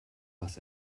was